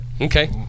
Okay